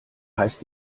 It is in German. heißt